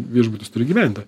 viešbutis turi gyventi